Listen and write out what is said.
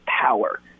power